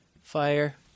fire